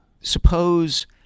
suppose